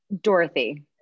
Dorothy